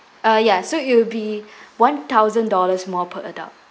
uh yeah so it'll be one thousand dollars more per adult